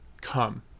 come